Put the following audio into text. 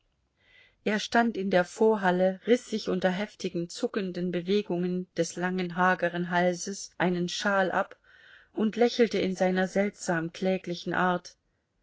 er stand in der vorhalle riß sich unter heftigen zuckenden bewegungen des langen hageren halses einen schal ab und lächelte in einer seltsam kläglichen art